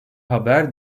haber